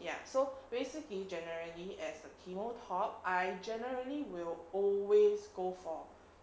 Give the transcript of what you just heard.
ya so basically generally as a teemo top I generally will always go for